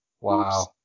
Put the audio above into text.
Wow